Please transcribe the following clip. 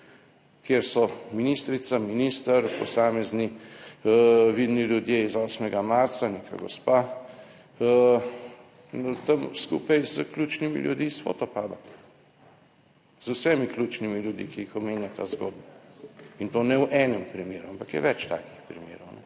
kjer so ministrica, minister, posamezni vidni ljudje iz 8. marca, neka gospa in od tam skupaj s ključnimi ljudmi iz Fotopuba, z vsemi ključnimi ljudmi, ki jih omenja ta zgodba, in to ne v enem primeru, ampak je več takih primerov.